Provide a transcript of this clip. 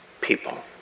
people